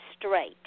straight